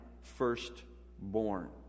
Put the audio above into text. firstborn